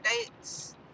dates